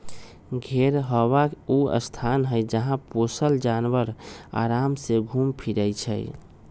घेरहबा ऊ स्थान हई जहा पोशल जानवर अराम से घुम फिरइ छइ